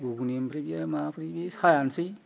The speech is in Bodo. घुगुनि ओमफ्राय ओइ माबाफोर साहायानोसै